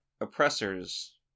oppressors